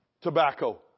tobacco